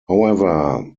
however